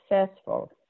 successful